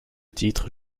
titre